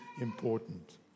important